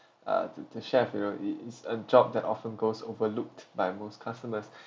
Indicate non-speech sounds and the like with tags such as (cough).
uh to the chef you know it it's a job that often goes overlooked by most customers (breath)